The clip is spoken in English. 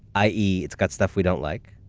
i. e, it's got stuff we don't like.